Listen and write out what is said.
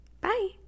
Bye